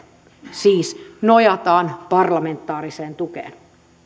siis nojataan parlamentaariseen tukeen